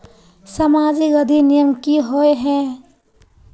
सामाजिक अधिनियम की होय है?